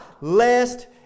Lest